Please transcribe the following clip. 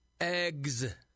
Eggs